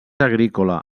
agrícola